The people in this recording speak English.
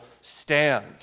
stand